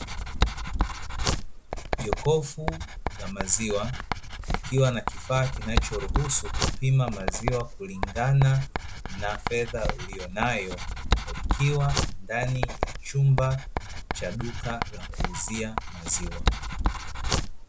Jokofu la maziwa likiwa na kifaa kinachoruhusu kupima maziwa kulingana na fedha uliyonayo, likiwa ndani ya chumba cha duka la kuuzia maziwa.